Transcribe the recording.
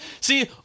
See